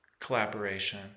collaboration